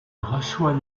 reçoit